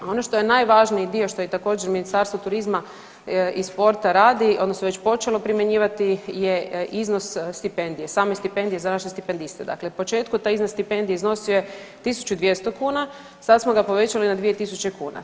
Ono što je najvažniji dio što i također Ministarstvo turizma i sporta radi odnosno već počelo primjenjivati je iznos stipendije, same stipendije za naše stipendiste, dakle u početku je taj iznos stipendije iznosio je 1.200 kuna, sad smo ga povećali na 2.000.